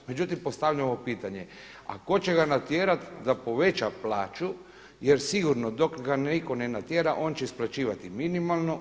Međutim, postavljamo pitanje, a tko će ga natjerati da poveća plaću jer sigurno dok ga nitko ne natjera on će isplaćivati minimalno?